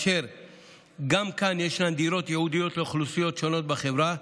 גם כאן יש דירות ייעודיות לאוכלוסיות שונות בחברה.